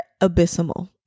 abysmal